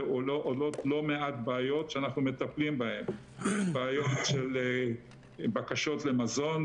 עולות לא מעט בעיות שאנחנו מטפלים בהן בעיות של בקשות למזון,